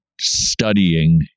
studying